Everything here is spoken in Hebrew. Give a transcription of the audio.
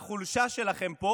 לחולשה שלכם פה